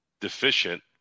deficient